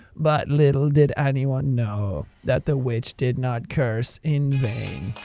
but little did anyone know that the witch did not curse. in vain.